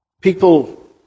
People